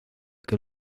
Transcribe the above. que